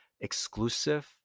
exclusive